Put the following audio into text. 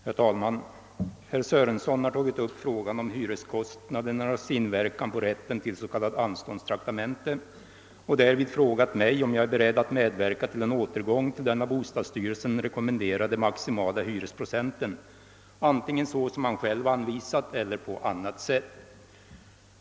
Herr talman! Herr Sörenson har tagit upp frågan om hyreskostnadernas inverkan på rätten till s.k. anståndstraktamente och därvid frågat mig om jag är beredd att medverka till en återgång till den av. bostadsstyrelsen rekommenderade maximala hyresprocenten antingen så som han själv anvisat eller på annat sätt.